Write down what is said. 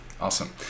Awesome